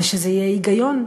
שיהיה היגיון,